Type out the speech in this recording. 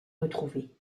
retrouvée